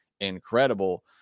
incredible